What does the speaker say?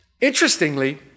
Interestingly